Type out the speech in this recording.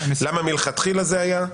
למה מלכתחילה זה היה.